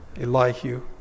Elihu